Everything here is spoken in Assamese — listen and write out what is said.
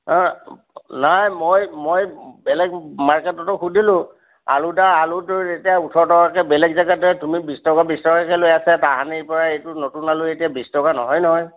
আঁ নাই মই মই বেলেগ মাৰ্কেটতো সুধিলোঁ আলু দা আলুটো এতিয়া ওঠৰ টকাকৈ বেলেগ জেগাতে তুমি বিছ টকা বিছ টকাকৈ লৈ আছা তাহানিৰ পৰাই এইটো নতুন আলু এতিয়া বিছ টকা নহয় নহয়